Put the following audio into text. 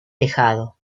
tejado